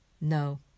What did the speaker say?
No